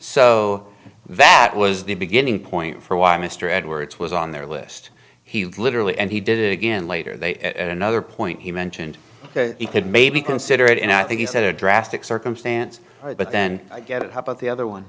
so that was the beginning point for why mr edwards was on their list he literally and he did it again later they at another point he mentioned he could maybe consider it and i think he said a drastic circumstance but then i get up at the other one